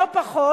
לא פחות,